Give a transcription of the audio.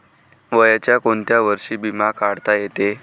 वयाच्या कोंत्या वर्षी बिमा काढता येते?